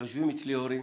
ויושבים אצלי הורים